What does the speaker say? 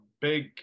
big